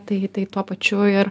tai tai tuo pačiu ir